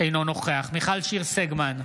אינו נוכח מיכל שיר סגמן,